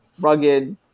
rugged